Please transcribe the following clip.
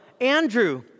Andrew